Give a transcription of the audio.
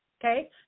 okay